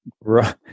Right